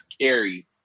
carry